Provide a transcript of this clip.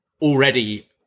already